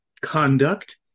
conduct